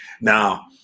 Now